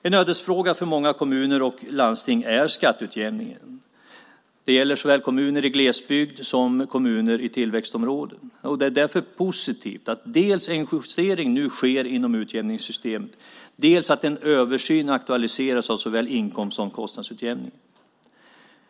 En ödesfråga för många kommuner och landsting är skatteutjämningen. Det gäller såväl kommuner i glesbygd som kommuner i tillväxtområden. Det är därför positivt att dels en justering nu sker inom utjämningssystemen, dels att en översyn aktualiseras av såväl inkomst som kostnadsutjämning.